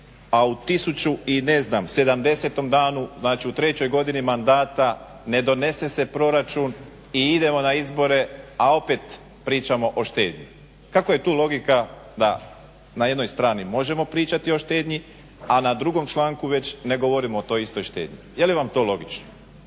a u tisuću i ne znam 70. danu, znači u trećoj godini mandata ne donese se proračun i idemo na izbore, a opet pričamo o štednji. Kako je tu logika da na jednoj strani možemo pričati o štednji, a na drugom članku već ne govorimo o toj istoj štednji. Je li vam to logično?